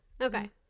Okay